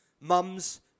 Mum's